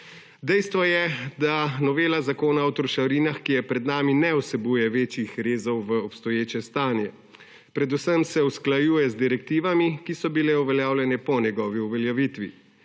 Dejstvo je, da novela Zakona o trošarinah, ki je pred nami ne vsebuje večjih rezov v obstoječe stanje. Predvsem se usklajuje z direktivami, ki so bile uveljavljanje po njegovi uveljavitvi,